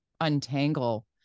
untangle